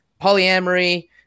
polyamory